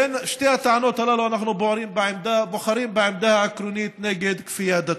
בין שתי הטענות הללו אנחנו בוחרים בעמדה העקרונית נגד כפייה דתית.